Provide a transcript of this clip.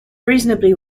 reasonably